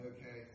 Okay